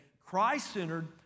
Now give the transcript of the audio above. Christ-centered